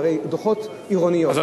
זה הרי דוחות עירוניים,